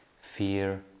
fear